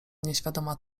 nieświadoma